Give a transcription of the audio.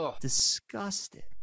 disgusted